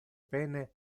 pene